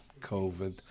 COVID